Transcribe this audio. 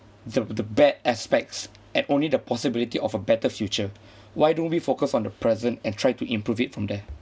the the bad aspects at only the possibility of a better future why don't we focused on the present and tried to improve it from there